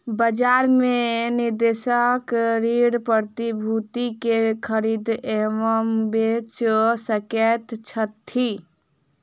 बजार में निवेशक ऋण प्रतिभूति के खरीद एवं बेच सकैत छथि